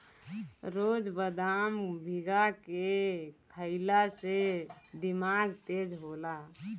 रोज बदाम भीगा के खइला से दिमाग तेज होला